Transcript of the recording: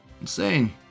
Insane